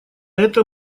это